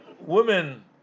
women